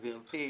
גבירתי,